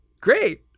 great